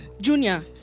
Junior